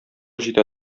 җитә